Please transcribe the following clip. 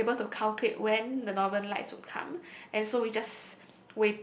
was able to calculate when the Northern Lights would come and so we just